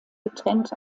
getrennt